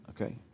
Okay